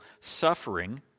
Suffering